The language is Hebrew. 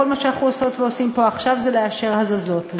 כל מה שאנחנו עושות ועושים פה עכשיו זה לאשר הזזות.